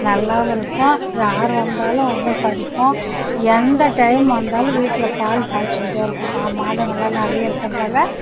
நல்லாவும் இருக்கும் யார் வந்தாலும் உபசரிப்போம் எந்த டைம் வந்தாலும் வீட்டில் பால் காய்ச்சிக்கிட்டே இருக்கும் பா மாடுங்களெலாம் நிறைய இருக்கிறதால